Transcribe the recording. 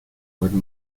word